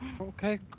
Okay